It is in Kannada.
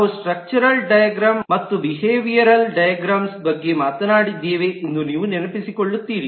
ನಾವು ಸ್ಟ್ರಕ್ಚರಲ್ ಡೈಗ್ರಾಮ್ಸ್ ಮತ್ತು ಬಿಹೇವಿಯರಲ್ ಡೈಗ್ರಾಮ್ಸ್ ಬಗ್ಗೆ ಮಾತನಾಡಿದ್ದೇವೆ ಎಂದು ನೀವು ನೆನಪಿಸಿಕೊಳ್ಳುತ್ತೀರಿ